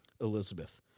Elizabeth